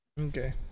okay